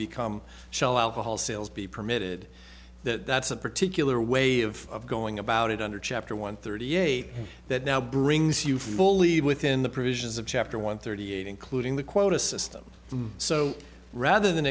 become shall alcohol sales be permitted that that's a particular way of going about it under chapter one thirty eight that now brings you fully within the provisions of chapter one thirty eight including the quota system so rather than